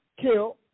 kill